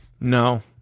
No